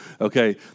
okay